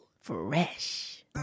Fresh